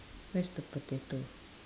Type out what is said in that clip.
where's the potato